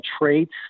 traits